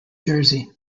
jersey